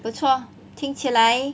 不错听起来